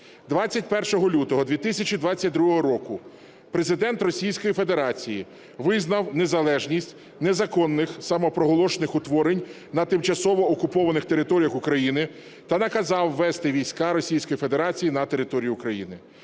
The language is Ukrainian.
21 лютого 2022 року Президент Російської Федерації визнав незалежність незаконних самопроголошених утворень на тимчасово окупованих територіях України та наказав ввести війська Російської Федерації на територію України.